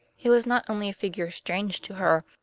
it was not only a figure strange to her,